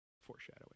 Foreshadowing